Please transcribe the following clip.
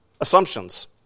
assumptions